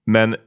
Men